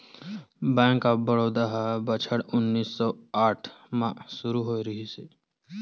bank of Baroda ह बछर उन्नीस सौ आठ म सुरू होए रिहिस हे